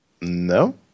No